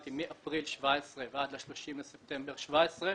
הרלוונטיים מאפריל 2017 ועד ל-30 בספטמבר 2017,